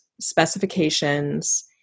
specifications